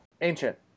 Ancient